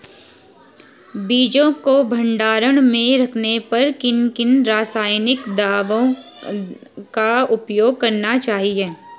बीजों को भंडारण में रखने पर किन किन रासायनिक दावों का उपयोग करना चाहिए?